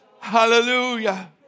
Hallelujah